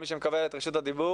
כל מי שמקבל את רשות הדיבור,